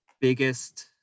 biggest